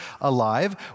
alive